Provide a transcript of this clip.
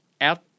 out –